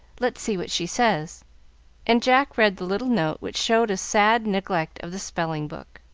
let's see what she says and jack read the little note, which showed a sad neglect of the spelling-book